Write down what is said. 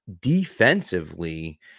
defensively